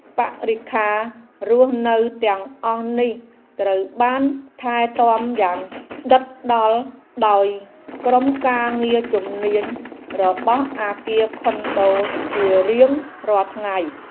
បរិក្ខាររស់នៅទាំងអស់នេះត្រូវបានថែទាំយ៉ាងដិតដល់ដោយក្រុមការងារជំនាញរបស់អគារខុនដូជារៀងរាល់ថ្ងៃ។